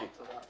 אחי.